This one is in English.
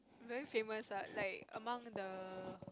very famous what like among the